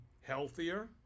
healthier